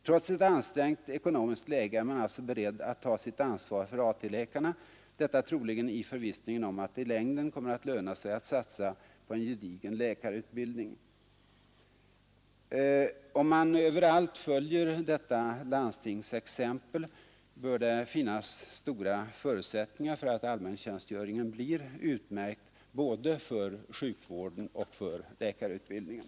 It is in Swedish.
Trots ett ansträngt ekonomiskt läge är man alltså beredd att ta sitt ansvar för AT-läkarna — detta troligen i förvissningen om att det i längden kommer att löna sig att satsa på en gedigen läkarutbildning.” Om man överallt följer detta landstingsexempel bör det finnas stora förutsättningar för att allmäntjänstgöringen blir utmärkt både för sjukvården och för läkarutbildningen.